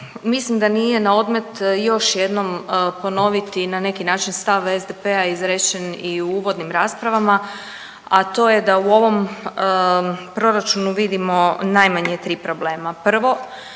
Mislim da nije naodmet još jednom ponoviti na neki način, stav SDP-a izrečen i u uvodnim rasprava, a to je da u ovom proračunu vidimo najmanje 3 problema.